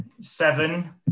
seven